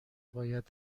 باید